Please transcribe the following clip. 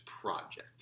project